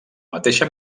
mateixa